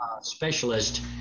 specialist